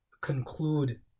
conclude